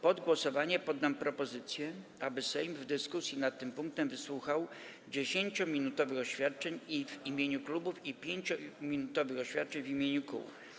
Pod głosowanie poddam propozycję, aby Sejm w dyskusji nad tym punktem wysłuchał 10-minutowych oświadczeń w imieniu klubów i 5-minutowych oświadczeń w imieniu kół.